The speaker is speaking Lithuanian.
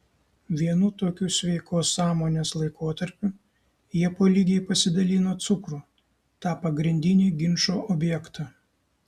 vienu tokiu sveikos sąmonės laikotarpiu jie po lygiai pasidalino cukrų tą pagrindinį ginčo objektą